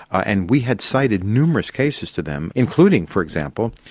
and we had cited numerous cases to them, including, for example,